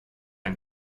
ein